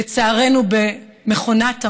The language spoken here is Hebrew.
לצערנו, במכונת המוות,